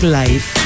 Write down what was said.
life